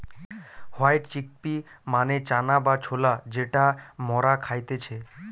white chickpea মানে চানা বা ছোলা যেটা মরা খাইতেছে